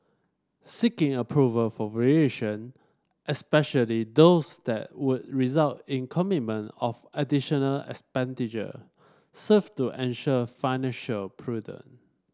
seeking approval for variation especially those that would result in commitment of additional expenditure serve to ensure financial prudent